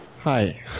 Hi